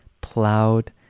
plowed